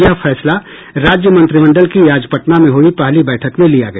यह फैसला राज्य मंत्रिमंडल की आज पटना में हुई पहली बैठक में लिया गया